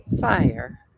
fire